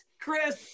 Chris